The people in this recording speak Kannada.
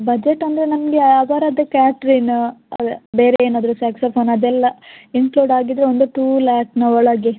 ಬಜೆಟ್ ಅಂದರೆ ನನಗೆ ಅವರದ್ದೆ ಕ್ಯಾಟ್ರಿನ್ ಬೇರೆ ಏನಾದರು ಸ್ಯಾಕ್ಸೋಫೋನ್ ಅದೆಲ್ಲ ಇನ್ಕ್ಲುಡ್ ಆಗಿದೆ ಒಂದು ಟು ಲ್ಯಾಕ್ನ ಒಳಗೆ